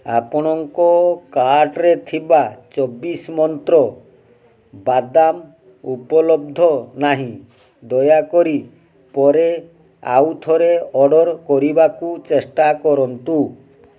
ଆପଣଙ୍କ କାର୍ଟ୍ରେ ଥିବା ଚବିଶି ମନ୍ତ୍ର ବାଦାମ ଉପଲବ୍ଧ ନାହିଁ ଦୟାକରି ପରେ ଆଉଥରେ ଅର୍ଡ଼ର୍ କରିବାକୁ ଚେଷ୍ଟା କରନ୍ତୁ